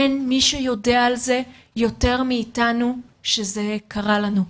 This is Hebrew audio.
אין מי שיודע על זה יותר מאיתנו, שזה קרה לנו.